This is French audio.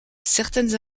certaines